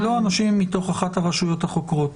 הם לא אנשים מתוך אחת הרשויות החוקרות?